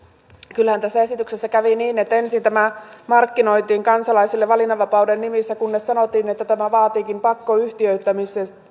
kyllähän tässä esityksessä kävi niin että ensin tämä markkinoitiin kansalaisille valinnanvapauden nimissä kunnes sanottiin että tämä vaatiikin pakkoyhtiöittämistä